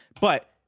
But-